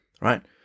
right